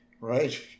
Right